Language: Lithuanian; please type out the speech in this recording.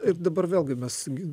ir dabar vėlgi mes gi